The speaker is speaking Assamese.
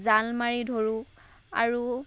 জাল মাৰি ধৰোঁ আৰু